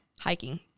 hiking